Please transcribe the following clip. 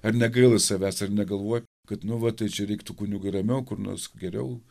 ar negaila savęs ar negalvoj kad nu va tai čia reiktų kunigui ramiau kur nors geriau